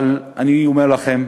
אבל אני אומר לכם: